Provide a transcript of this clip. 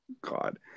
God